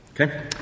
Okay